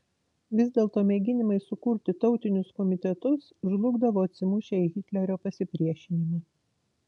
vis dėlto mėginimai sukurti tautinius komitetus žlugdavo atsimušę į hitlerio pasipriešinimą